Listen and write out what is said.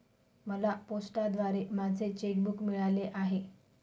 मला पोस्टाद्वारे माझे चेक बूक मिळाले आहे